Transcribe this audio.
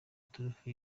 turufu